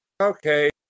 okay